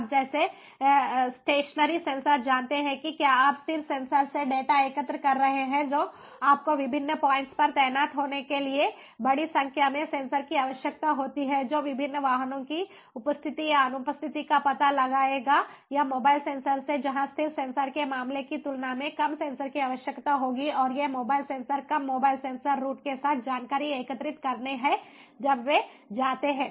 आप जैसे stationary sensor जानते हैं कि क्या आप स्थिर सेंसर से डेटा एकत्र कर रहे हैं तो आपको विभिन्न पॉइंट्स पर तैनात होने के लिए बड़ी संख्या में सेंसर की आवश्यकता होती है जो विभिन्न वाहनों की उपस्थिति या अनुपस्थिति का पता लगाएगा या मोबाइल सेंसर से जहां स्थिर सेंसर के मामले की तुलना में कम सेंसर की आवश्यकता होगी और ये मोबाइल सेंसर कम मोबाइल सेंसर रूट के साथ जानकारी एकत्रित करते हैं जब वे जाते हैं